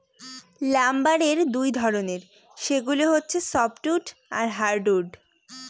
লাম্বারের দুই ধরনের, সেগুলা হচ্ছে সফ্টউড আর হার্ডউড